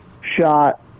shot